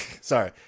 sorry